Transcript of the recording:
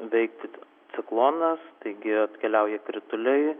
veikti ciklonas taigi atkeliauja krituliai